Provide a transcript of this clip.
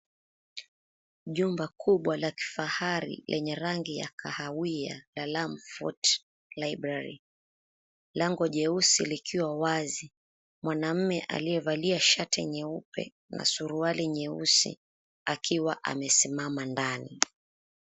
Jumba Kubwa la kifahari lenye rangi ya kahawia na alama 40 Library. Lango jeusi likiwa wazi, mwanaume aliyevalia shati nyeupe na suruali nyeusi akiwa amesimama ndani.